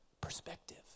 perspective